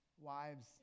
wives